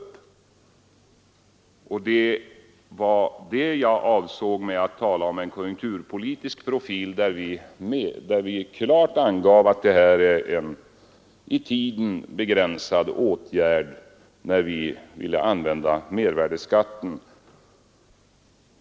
Det var det jag avsåg när jag talade om en konjunkturpolitisk profil, där vi klart angav att det är en i tiden begränsad åtgärd när vi vill använda mervärdeskatten.